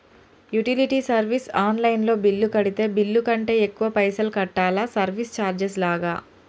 Utility service online లో bill కడితే bill కంటే ఎక్కువ పైసల్ కట్టాలా సర్వీస్ చార్జెస్ లాగా?